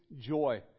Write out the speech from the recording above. joy